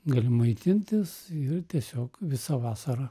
gali maitintis ir tiesiog visą vasarą